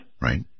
Right